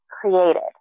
created